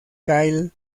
kyle